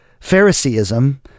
Phariseeism